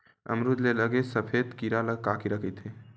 अमरूद म लगे सफेद कीरा ल का कीरा कइथे?